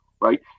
Right